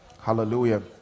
hallelujah